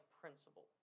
principle